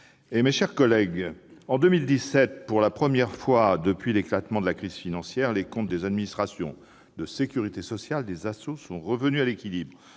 mes chers collègues, en 2017, pour la première fois depuis l'éclatement de la crise financière, les comptes des administrations de sécurité sociale, les ASSO, sont revenus à l'équilibre,